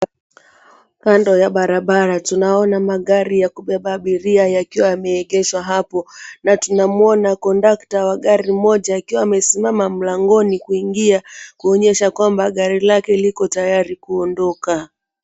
Kando ya barabara tunaona magari ya kubeba abiria yakiwa yameegeshwa hapo na tunamuona conductor wa gari moja akiwa amesimama mlangoni kuingia kuonyesha kwamba gari lake liko tayari kuondoka.